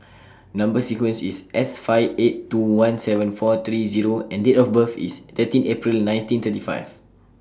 Number sequence IS S five eight two one seven four three U and Date of birth IS thirteen April nineteen thirty five